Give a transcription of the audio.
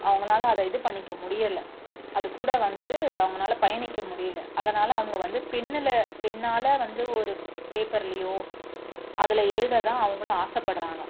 அவங்கனால அது இது பண்ணிக்க முடியலை அது கூட வந்துட்டு அவங்கனால பயணிக்க முடியல அதனால் அவங்க வந்து பென்னில் பென்னால் வந்து ஒரு பேப்பர்லையோ அதில் எழுத தான் அவங்களும் ஆசைப்பட்றாங்க